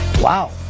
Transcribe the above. Wow